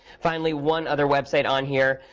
finally, one other website on here.